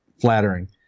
flattering